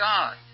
God